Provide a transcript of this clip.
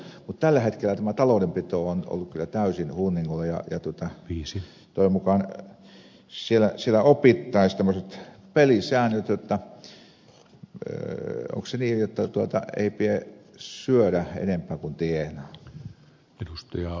mutta tällä hetkellä tämä taloudenpito on ollut kyllä täysin hunningolla ja toivon mukaan siellä opittaisiin tämmöiset pelisäännöt onko se niin jotta ei pidä syödä enempää kuin tienaa